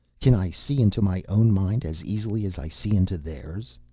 can i see into my own mind as easily as i see into theirs?